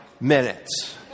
minutes